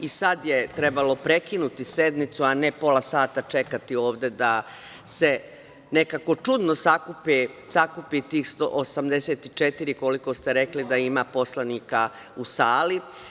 I sada je trebalo prekinuti sednicu, a ne pola sata čekati ovde da se nekako čudno sakupi tih 184, koliko ste rekli da ima poslanika u sali.